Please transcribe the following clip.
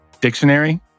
dictionary